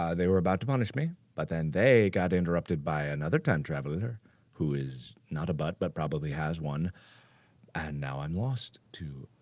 ah they were about to punish me, but then, they got interrupted by another time traveler, who is not a butt, but probably has one and now i'm lost to